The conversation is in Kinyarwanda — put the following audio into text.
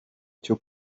cyo